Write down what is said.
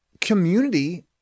community